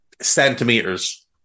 Centimeters